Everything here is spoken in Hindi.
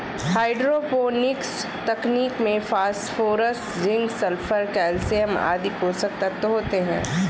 हाइड्रोपोनिक्स तकनीक में फास्फोरस, जिंक, सल्फर, कैल्शयम आदि पोषक तत्व होते है